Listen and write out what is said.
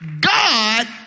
God